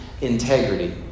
integrity